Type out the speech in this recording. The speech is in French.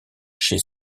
chez